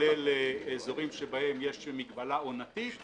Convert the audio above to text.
כולל אזורים שבהם יש מגבלה או נתיב.